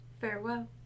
Farewell